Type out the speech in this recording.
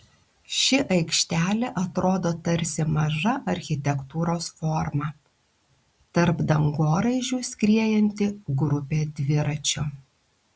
ši aikštelė atrodo tarsi maža architektūros forma tarp dangoraižių skriejanti grupė dviračių